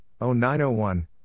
0901